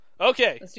Okay